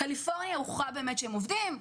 בקליפורניה הוכרע באמת שהם עובדים,